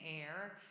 air